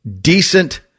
decent